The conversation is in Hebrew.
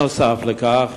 נוסף לכך